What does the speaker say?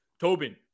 Tobin